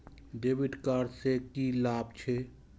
डेविट कार्ड से की लाभ छै?